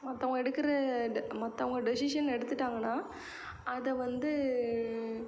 மற்றவங்க எடுக்கிற மற்றவங்க டெசிஷன் எடுத்துட்டாங்கனால் அதை வந்து